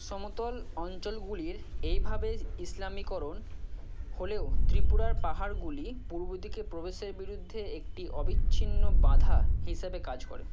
সমতল অঞ্চলগুলির এইভাবে ইসলামীকরণ হলেও ত্রিপুরার পাহাড়গুলি পূর্বদিকে প্রবেশের বিরুদ্ধে একটি অবিচ্ছিন্ন বাধা হিসেবে কাজ করে